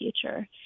future